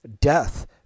death